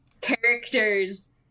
characters